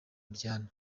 buryana